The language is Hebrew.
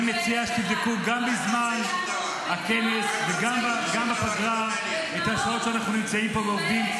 אני מציע שתבדקו את השעות שאנחנו נמצאים פה ועובדים,